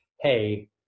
hey